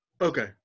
Okay